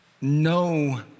no